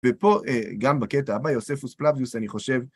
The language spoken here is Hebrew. ופה, גם בקטע הבא, יוספוס פלאביוס, אני חושב,